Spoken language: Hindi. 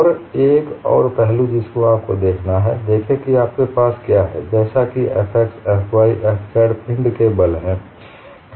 और एक और पहलू जिसे आपको देखना है देखें कि आपके पास क्या है जैसा कि F x F y तथा F z पिंड के बल हैं